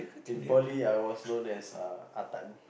in poly I was known as uh Ah-Tan